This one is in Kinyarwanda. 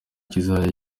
kizajya